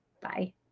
Bye